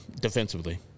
defensively